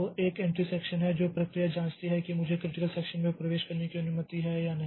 तो एक entry section है जो प्रक्रिया जांचती है कि मुझे क्रिटिकल सेक्षन में प्रवेश करने की अनुमति है या नहीं